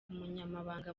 umunyamabanga